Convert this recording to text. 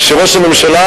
שראש הממשלה,